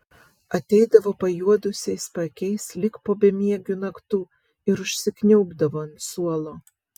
ateidavo pajuodusiais paakiais lyg po bemiegių naktų ir užsikniaubdavo ant suolo